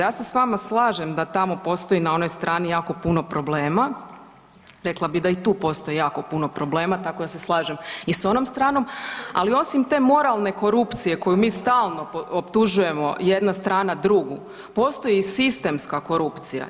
Ja se s vama slažem da tamo postoji na onoj strani jako puno problema, rekla bi da i tu postoji jako puno problema, tako da se slažem i s onom stranom, ali osim te moralne korupcije koju mi stalno optužujemo jedna strana drugu, postoji i sistemska korupcija.